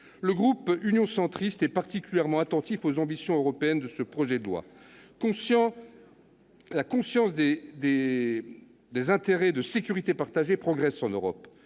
le groupe Union Centriste est particulièrement attentif aux ambitions européennes de ce projet de loi. La conscience d'intérêts de sécurité partagés progresse en Europe,